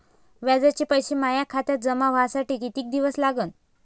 व्याजाचे पैसे माया खात्यात जमा व्हासाठी कितीक दिवस लागन?